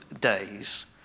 days